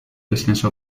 descenso